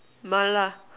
mala